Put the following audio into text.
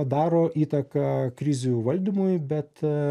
daro įtaką krizių valdymui bet